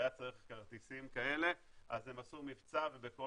והיה צריך כרטיסים כאלה אז הם עשו מבצע ובכל